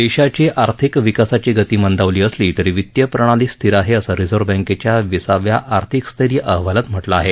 देशाची आर्थिक विकासाची गती मंदावली असली तरी वित्तीय प्रणाली स्थिर आहे असं रिझर्व्ह बँकेच्या विसाव्या आर्थिक स्थैर्य अहवालात म्हटलं आहे